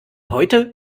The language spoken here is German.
heute